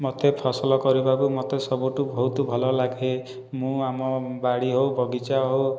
ମୋତେ ଫସଲ କରିବାକୁ ମୋତେ ସବୁଠୁ ବହୁତ ଭଲ ଲାଗେ ମୁଁ ଆମ ବାଡ଼ି ହେଉ ବଗିଚା ହେଉ